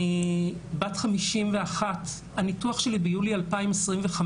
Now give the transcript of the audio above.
אני בת 51. הניתוח שלי ביולי 2025,